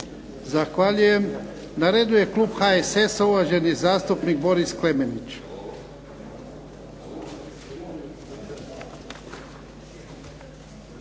Zahvaljujem. Na redu je klub HSS-a, uvaženi zastupnik Boris Klemenić.